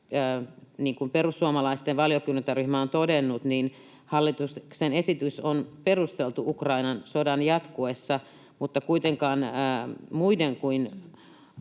kuin perussuomalaisten valiokuntaryhmä on todennut, hallituksen esitys on perusteltu Ukrainan sodan jatkuessa, mutta kuitenkaan muiden